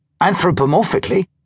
anthropomorphically